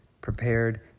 prepared